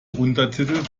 untertitel